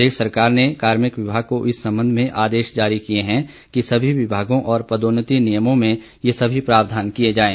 प्रदेश सरकार ने कार्मिक विभाग को इस संबंध में आदेश जारी किए हैं कि सभी विभागों और पदोन्नति नियमों में ये सभी प्रावधान किए जाएं